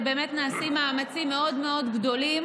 ובאמת נעשים מאמצים מאוד מאוד גדולים